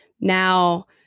now